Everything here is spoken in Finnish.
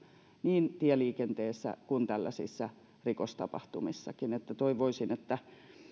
niin tieliikenteessä kuin tällaisissa rikostapahtumissakin toivoisin että